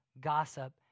gossip